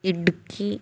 Idukki